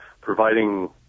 providing